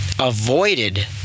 Avoided